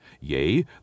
Yea